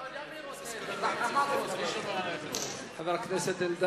ה"חמאס" חבר הכנסת אלדד,